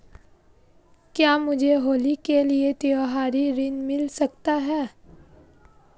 क्या मुझे होली के लिए त्यौहारी ऋण मिल सकता है?